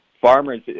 farmers